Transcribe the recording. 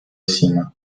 сима